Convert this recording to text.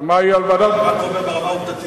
ומה יהיה על ועדת, אני רק אומר ברמה העובדתית.